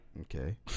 Okay